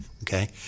Okay